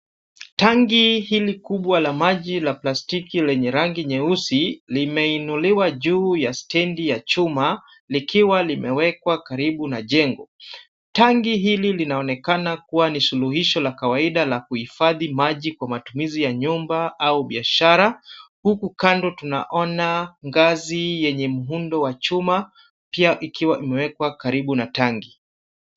Tangi, hili kubwa la maji la plastiki lenye rangi nyeusi limeinuliwa juu ya stendi ya chuma likiwa limewekwa karibu na jengo. Tangi hili linaonekana kuwa ni suluhisho la kawaida la kuhifadhi maji kwa matumizi ya nyumba au biashara, huku kando tunaona ngazi yenye mhundo wa chuma pia ikiwa imewekwa karibu na tangi.